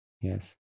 Yes